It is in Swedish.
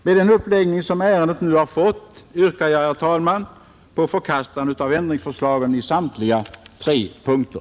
Med den uppläggning som ärendet nu har fått yrkar jag, herr talman, på förkastande av ändringsförslagen i samtliga tre punkter.